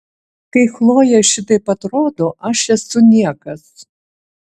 kai chlojė šitaip atrodo aš esu niekas